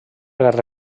guerra